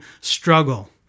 struggle